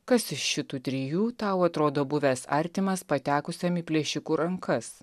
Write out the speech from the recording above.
kas iš šitų trijų tau atrodo buvęs artimas patekusiam į plėšikų rankas